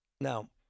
Now